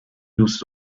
دوست